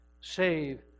save